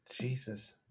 Jesus